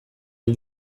hil